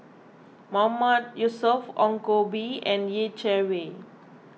Mahmood Yusof Ong Koh Bee and Yeh Chi Wei